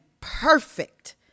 perfect